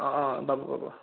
অ' অ' পাব পাব